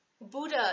Buddha